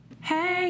Hey